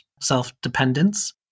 self-dependence